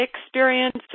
experience